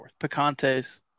Picantes